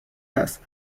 هست